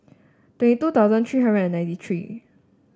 twenty two thousand three hundred and ninety three